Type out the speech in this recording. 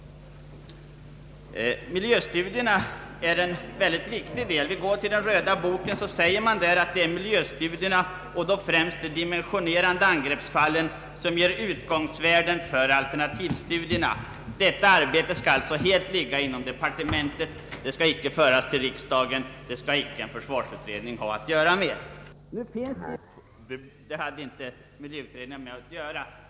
Miljöstudierna är en mycket viktig del. I den röda boken säger man att ”det är miljöstudierna och då främst de dimensionerande angreppsfallen som ger utgångsvärden för alternativstudierna”. Detta arbete skall alltså helt ligga inom departementet. Det skall inte föras till riksdagen. Det skall inte någon försvarsutredning ha att göra med. Nu finns det i och för sig argument för detta, säger departementet, bl.a. därför att miljöstudierna tydligen måste vara hemligstämplade. Det argumentet bör kunna accepteras till en del.